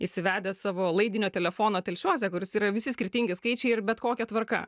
įsivedęs savo laidinio telefono telšiuose kuris yra visi skirtingi skaičiai ir bet kokia tvarka